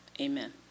Amen